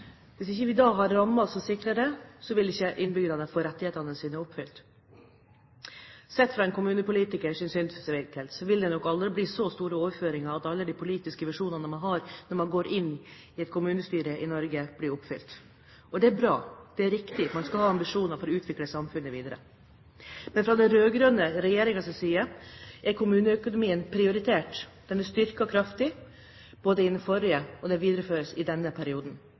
vil ikke innbyggerne få rettighetene sine oppfylt. Sett fra en kommunepolitikers synsvinkel vil det nok aldri bli så store overføringer at alle de politiske visjonene man har når man går inn i et kommunestyre i Norge, blir oppfylt. Det er bra, og det er riktig. Man skal ha ambisjoner for å utvikle samfunnet videre. Men fra den rød-grønne regjeringens side er kommuneøkonomien prioritert, den er styrket kraftig både i den forrige perioden, og den videreføres i denne perioden